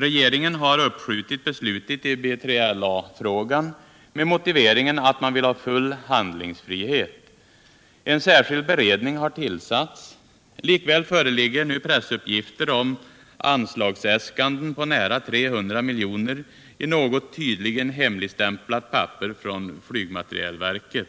Regeringen har uppskjutit beslutet i BILA-frågan med motiveringen att man vill ha full handlingsfrihet. En särskild beredning har tillsatts. Likväl föreligger nu pressuppgifter om anslagsäskanden på nära 300 miljoner i något tydligen hemligstämplat papper från flygmaterielverket.